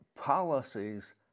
policies